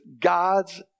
God's